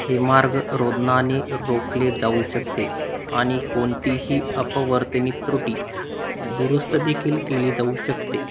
हेमार्ग रोधनाने रोखले जाऊ शकते आणि कोणतीही अपवर्तनीक त्रुटी दुरुस्तदेखील केली जाऊ शकते